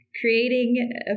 creating